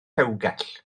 rewgell